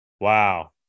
Wow